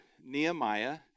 Nehemiah